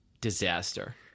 disaster